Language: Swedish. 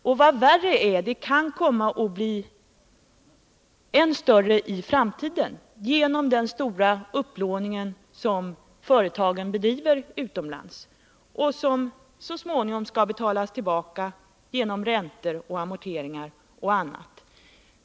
Och vad värre är: Det kan komma att bli än större i framtiden på grund av den stora upplåning som företagen bedriver utomlands och som så småningom skall betalas tillbaka genom räntor, amorteringar och annat.